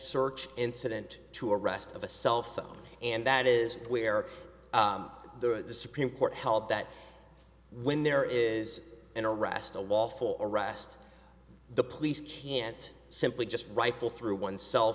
search incident to arrest of a cellphone and that is where the supreme court held that when there is an arrest a wall full arrest the police can't simply just rifle through one cell